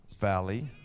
Valley